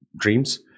dreams